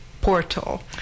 Portal